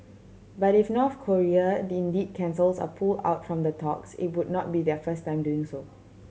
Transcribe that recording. but if North Korea indeed cancels or pull out from the talks it wouldn't be their first time doing so